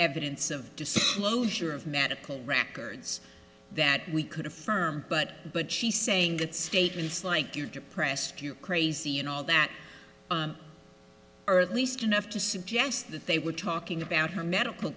evidence of disclosure of medical records that we could affirm but but she's saying that statements like you are depressed you crazy and all that on earth least enough to suggest that they were talking about her medical